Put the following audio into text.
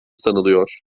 sanılıyor